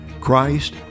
Christ